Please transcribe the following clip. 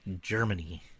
Germany